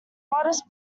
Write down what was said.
modest